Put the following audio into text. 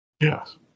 Yes